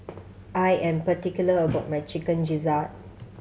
I am particular about my Chicken Gizzard